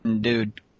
dude